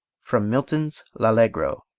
from milton's l'allegro